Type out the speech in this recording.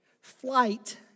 flight